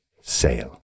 sail